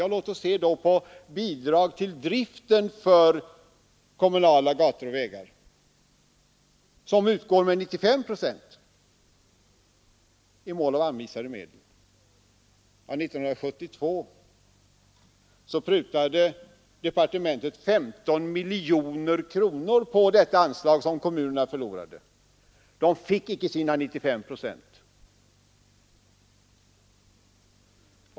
Ja, låt oss då se på statsbidraget till driften av kommunala gator och vägar, vilket utgår med 95 procent inom ramen för anvisade medel. 1972 prutade departementet på detta anslag så att kommunerna förlorade 15 miljoner kronor. De fick icke sina 95 procent.